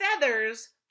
feathers